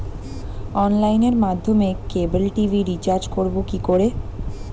অনলাইনের মাধ্যমে cable TV recharge করব কি করে?